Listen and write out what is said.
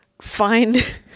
find